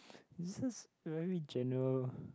this a very general